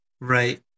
Right